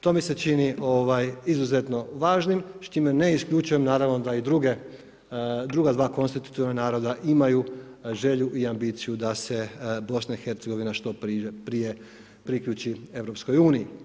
To mi se čini izuzetno važnim s čime ne isključujem naravno da i druga dva konstitutivna naroda imaju želju i ambiciju da se BiH što prije priključi EU.